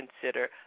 consider